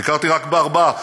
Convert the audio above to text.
ביקרתי רק בארבע,